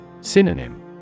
Synonym